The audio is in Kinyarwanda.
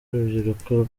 urubyiruko